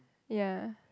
ya